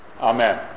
Amen